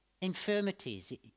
Infirmities